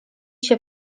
się